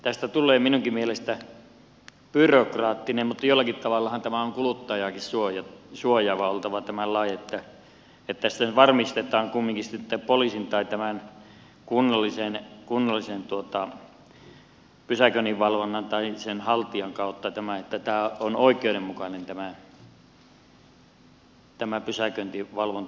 tästä tulee minunkin mielestäni byrokraattinen mutta jollakin tavallahan kuluttajaakin suojaava on oltava tämän lain niin että tässä nyt varmistetaan kumminkin poliisin tai tämän kunnallisen pysäköinninvalvonnan tai pysäköintiluvan haltijan kautta tämä että tämä pysäköintivalvontamaksu on oikeudenmukainen